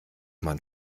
man